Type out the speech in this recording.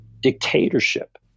dictatorship